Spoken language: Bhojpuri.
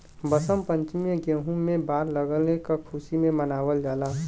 वसंत पंचमी में गेंहू में बाल लगले क खुशी में मनावल जाला